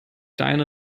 deine